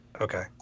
Okay